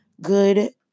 Good